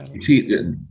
see